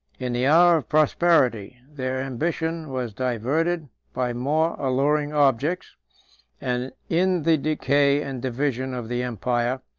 in the hour of prosperity, their ambition was diverted by more alluring objects and in the decay and division of the empire,